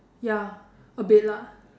ya a bit lah